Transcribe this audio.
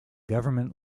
government